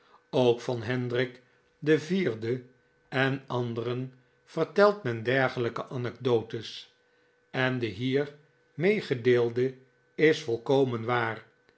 ook van hendrik iv en anderen vertelt men dergelijke anecdotes en de hier meegedeelde is volkomen waar